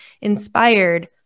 inspired